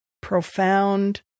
profound